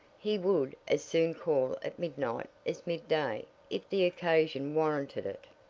he would as soon call at midnight as midday, if the occasion warranted it.